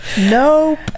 Nope